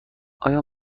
آیا